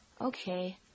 Okay